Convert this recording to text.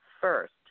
first